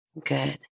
Good